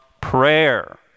prayer